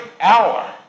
hour